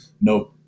no